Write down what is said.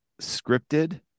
scripted